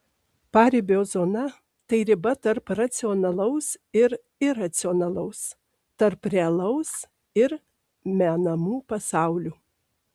paribio zona tai riba tarp racionalaus ir iracionalaus tarp realaus ir menamų pasaulių